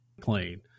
plane